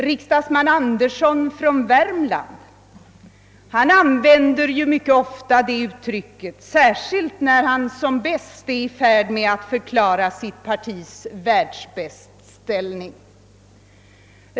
Riksdagsman Andersson från Värmland använder mycket ofta det uttrycket, särskilt när han som bäst är i färd med att förklara sitt partis världsbästställning.